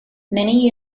many